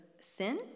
sin